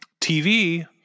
TV